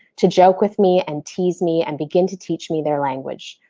to joke with me and tease me and begin to teach me their language.